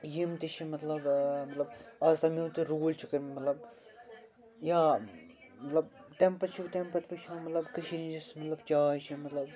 یِم تہِ چھِ مطلب مطلب آز تام یِمو تہِ روٗل چھِ کٔرۍمہٕ مطلب یا مطلب تَمہِ پَتہٕ چھُ تَمہِ پَتہٕ وٕ چھِ مطلب کٔشیٖرِ ہُنٛد یُس مطلب چاے چھےٚ مطلب